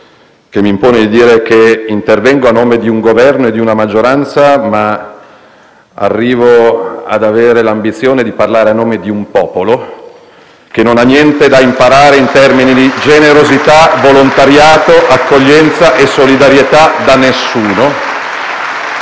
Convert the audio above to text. che mi impone di dire che intervengo a nome di un Governo e di una maggioranza, ma che arrivo ad avere l'ambizione di parlare a nome di un popolo che in termini di generosità, volontariato, accoglienza e solidarietà non